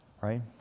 Right